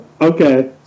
Okay